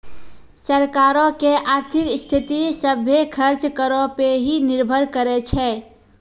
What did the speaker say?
सरकारो के आर्थिक स्थिति, सभ्भे खर्च करो पे ही निर्भर करै छै